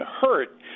hurt